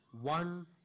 one